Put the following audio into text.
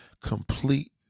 complete